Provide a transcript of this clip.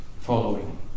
following